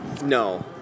No